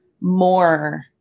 more